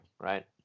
right